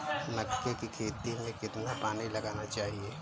मक्के की खेती में कितना पानी लगाना चाहिए?